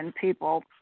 people